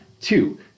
two